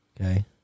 okay